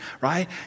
right